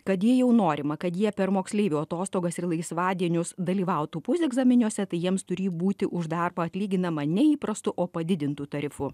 kad jei jau norima kad jie per moksleivių atostogas ir laisvadienius dalyvautų pusegzaminiuose tai jiems turį būti už darbą atlyginama neįprastu o padidintu tarifu